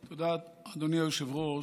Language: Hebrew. תודה, אדוני היושב-ראש.